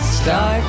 start